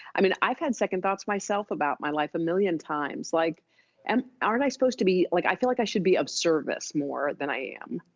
i mean, i've had second thoughts myself about my life a million times. like and aren't i supposed to be, like i feel like i should be of service more than i am.